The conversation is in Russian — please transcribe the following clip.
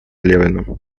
левиным